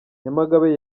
nyamagabe